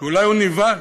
כי אולי הוא נבהל.